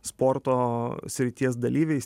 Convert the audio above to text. sporto srities dalyviais